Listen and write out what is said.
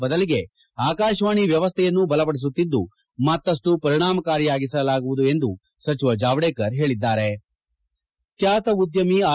ಬದಲಿಗೆ ಅಕಾಶವಾಣಿ ವ್ಯವಸ್ಥೆಯನ್ನು ಬಲಪಡಿಸುತ್ತಿದ್ದು ಮತ್ತಪ್ಪು ಪರಿಣಾಕಾರಿಯಾಗಿಸಲಾಗುವುದು ಎಂದು ಸಚಿವ ಜಾವಡೇಕರ್ ಹೇಳದ್ದಾರೆ